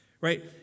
right